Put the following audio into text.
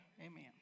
Amen